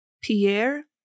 Pierre